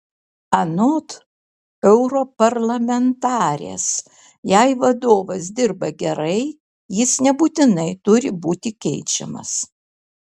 anot europarlamentarės jei vadovas dirba gerai jis nebūtinai turi būti keičiamas